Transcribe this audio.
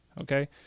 okay